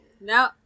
no